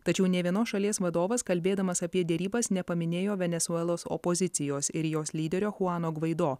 tačiau nė vienos šalies vadovas kalbėdamas apie derybas nepaminėjo venesuelos opozicijos ir jos lyderio chuano gvaido